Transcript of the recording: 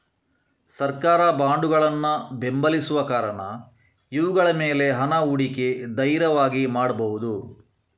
ಸರ್ಕಾರ ಬಾಂಡುಗಳನ್ನ ಬೆಂಬಲಿಸುವ ಕಾರಣ ಇವುಗಳ ಮೇಲೆ ಹಣ ಹೂಡಿಕೆ ಧೈರ್ಯವಾಗಿ ಮಾಡ್ಬಹುದು